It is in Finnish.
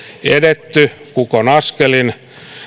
edetty kukonaskelin